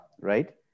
right